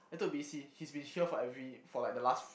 I told B_C he's been here for every for like the last